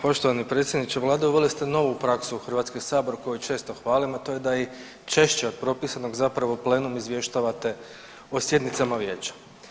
Poštovani predsjedniče vlade, uveli ste novu praksu u HS koju često hvalimo, a to je da i češće od propisanog zapravo plenum izvještavate o sjednicama vijeća.